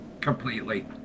completely